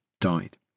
died